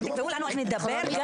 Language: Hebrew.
אתם תקבעו לנו איך נדבר גם?